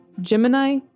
Gemini